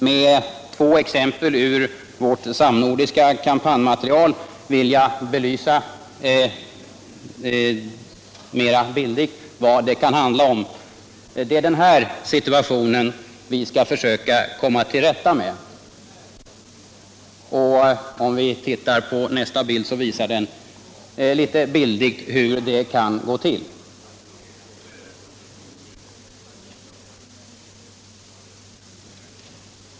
Med två exempel ur vårt samnordiska kampanjmaterial vill jag belysa vad det kan handla om. På den bild som jag nu visar på TV-skärmen ser vi den situation som mån skall försöka komma till rätta med. Nästa bild visar hur det kan gå till.